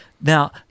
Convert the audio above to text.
now